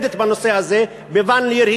מלומדת בנושא הזה במכון ון-ליר,